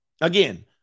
Again